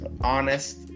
honest